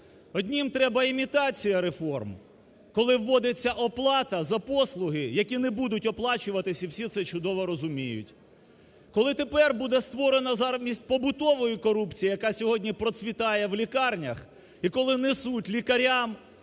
Одним треба імітація реформ, коли вводиться оплата за послуги, які не будуть оплачуватись і всі це чудово розуміють. Коли тепер буде створена замість побутової корупції, яка сьогодні процвітає в лікарнях, і коли несуть лікарям,